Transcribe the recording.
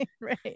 right